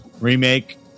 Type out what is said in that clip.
Remake